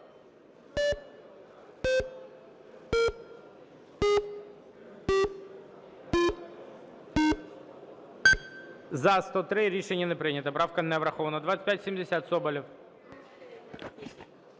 За-103 Рішення не прийнято. Правка не врахована. 2570, Соболєв.